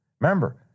remember